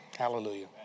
Hallelujah